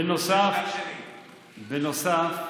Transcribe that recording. בוא,